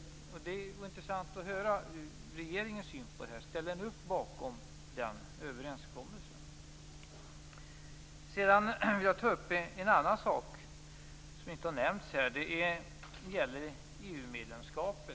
Det vore intressant att höra regeringens syn på detta. Ställer ni upp bakom den överenskommelsen? Sedan vill jag ta upp en annan sak som inte har nämnts här. Det gäller EU-medlemskapet.